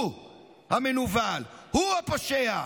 הוא המנוול, הוא הפושע.